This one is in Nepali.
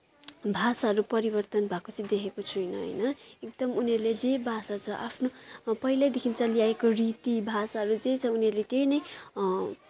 भाषाहरू परिवर्तन भएको चाहिँ देखेको छुइनँ होइन एकदम उनीहरूले जे भाषा छ आफ्नो पहिल्यैदेखि चलिआएको रीति भाषाहरू जे छ उनीहरूले त्यही नै